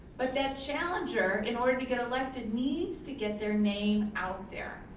but that challenger in order to get elected needs to get their name out there,